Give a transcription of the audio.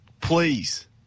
Please